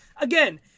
again